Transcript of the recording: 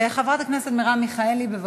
חברת הכנסת מרב מיכאלי, בבקשה.